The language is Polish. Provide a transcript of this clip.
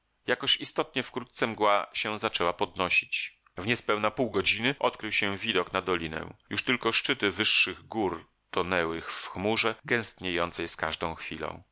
jakoż istotnie wkrótce mgła się zaczęła podnosić w niespełna pół godziny odkrył się widok na dolinę już tylko szczyty wyższych gór tonęły w chmurze gęstniejącej z każdą chwilą